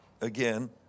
again